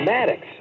Maddox